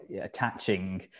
attaching